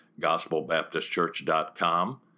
gospelbaptistchurch.com